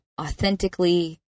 authentically